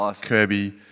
Kirby